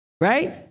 Right